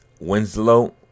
Winslow